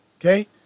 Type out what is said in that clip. Okay